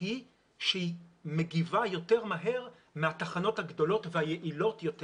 היא שהיא מגיבה יותר מהר מהתחנות הגדולות והיעילות יותר,